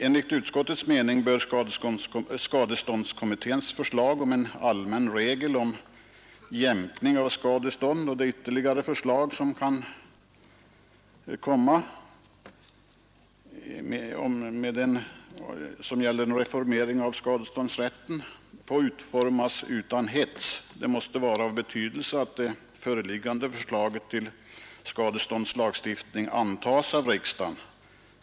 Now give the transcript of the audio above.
Enligt utskottets mening bör skadeståndskommitténs förslag om en allmän regel om jämkning av skadestånd och de ytterligare förslag som kan komma om reformering av skadeståndsrätten få utformas utan hets. Det måste vara av betydelse att det föreliggande förslaget till skadeståndslagstiftning antas av riksdagen.